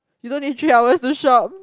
you don't need three hours to shop